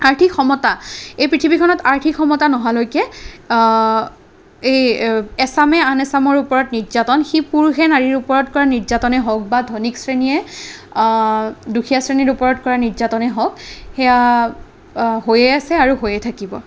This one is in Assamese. আৰ্থিক সমতা এই পৃথিৱীখনত আৰ্থিক সমতা নহালৈকে এই এচামে আন এচামৰ ওপৰত নিৰ্যাতন সি পুৰুষে নাৰীৰৰ ওপৰত কৰা নিৰ্যাতনেই হওক বা ধনীক শ্ৰেণীয়ে দুখীয়া শ্ৰেণীৰ ওপৰত কৰা নিৰ্যাতনেই হওক সেয়া হৈয়ে আছে আৰু হৈয়ে থাকিব